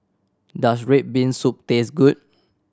does red bean soup taste good